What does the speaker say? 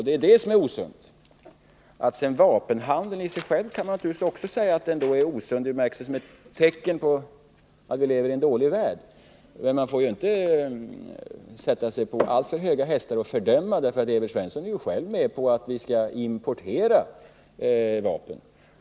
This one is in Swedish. Det är detta som är osunt. Om vapenhandeln i sig själv kan man naturligtvis säga att den är osund — den är ett tecken på att vi lever i en dålig värld. Men man får därför inte sätta sig på alltför höga hästar och fördöma den. Evert Svensson är själv med på att vi skall importera vapen.